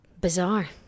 Bizarre